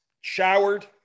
showered